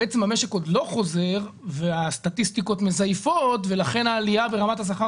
בעצם המשק עוד לא חוזר והסטטיסטיקות מזייפות ולכן העלייה ברמת השכר